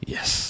Yes